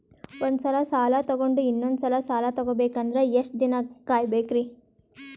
ಒಂದ್ಸಲ ಸಾಲ ತಗೊಂಡು ಇನ್ನೊಂದ್ ಸಲ ಸಾಲ ತಗೊಬೇಕಂದ್ರೆ ಎಷ್ಟ್ ದಿನ ಕಾಯ್ಬೇಕ್ರಿ?